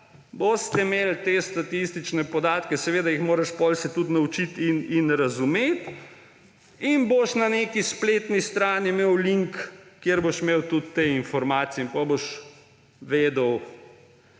boste imeli te statistične podatke. Seveda se jih moraš potem tudi naučiti in razumeti. In boš na neki spletni strani imel link, kjer boš imel tudi te informacije, in potem boš vedel,